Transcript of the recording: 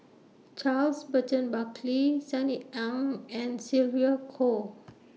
Charles Burton Buckley Sunny Ang and Sylvia Kho